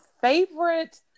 favorite